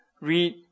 read